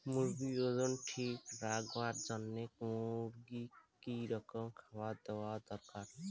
মুরগির ওজন ঠিক রাখবার জইন্যে মূর্গিক কি রকম খাবার দেওয়া দরকার?